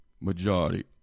majority